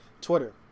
Twitter